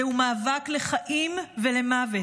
זהו מאבק לחיים ולמוות,